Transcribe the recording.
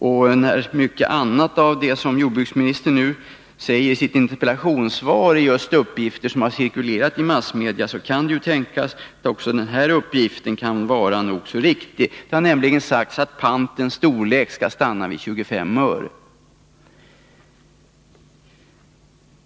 Eftersom mycket av det som jordbruksministern nu säger i sitt svar är just uppgifter som har cirkulerat i massmedia, så kan det tänkas att också den här uppgiften kan vara nog så viktig. Det har nämligen sagts att pantens storlek skall stanna vid 25 öre.